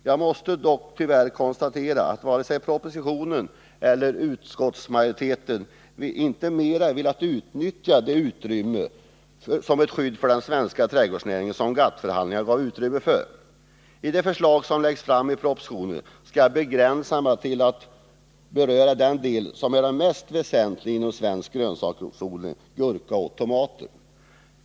Jag måste tyvärr konstatera att varken propositionen eller utskottsmajoriteten velat utnyttja det skydd för den svenska trädgårdsnäringen som GATT-förhandlingarna gav utrymme för. När det gäller det förslag som läggs fram i propositionen skall jag begränsa mig till att beröra den del som är en av de mest väsentliga inom svensk grönsaksodling — gurka och tomater.